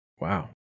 Wow